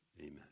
Amen